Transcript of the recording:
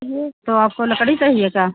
यह तो आपको लकड़ी चाहिए क्या